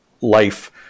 life